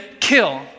kill